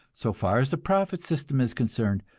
so far as the profit system is concerned,